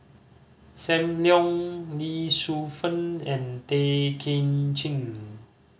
Sam Leong Lee Shu Fen and Tay Kay Chin